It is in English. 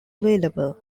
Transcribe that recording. available